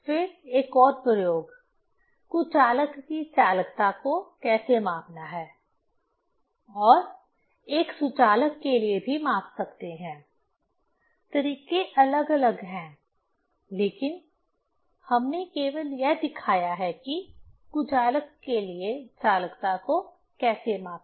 फिर एक और प्रयोग कुचालक की चालकता को कैसे मापना है और एक सुचालक के लिए भी माप सकते हैं तरीके अलग अलग हैं लेकिन हमने केवल यह दिखाया है कि कुचालक के लिए चालकता को कैसे मापें